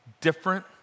different